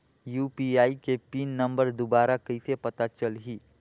UPI के pin number दुबारा कइसे पता चलही?